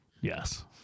Yes